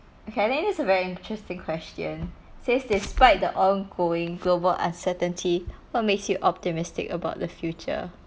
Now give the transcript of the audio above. okay I think this is a very interesting question says despite the ongoing global uncertainty what makes you optimistic about the future